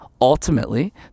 ultimately